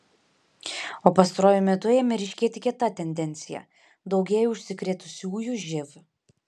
o pastaruoju metu ėmė ryškėti kita tendencija daugėja užsikrėtusiųjų živ